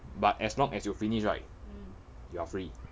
but as long as you finish right you are free